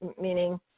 meaning